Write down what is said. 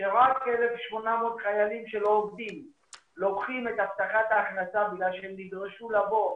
שאני נותן לחייל הבודד ואנחנו נשמע פה,